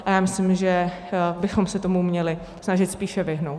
A já myslím, že bychom se tomu měli snažit spíše vyhnout.